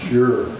Sure